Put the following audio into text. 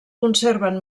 conserven